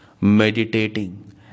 meditating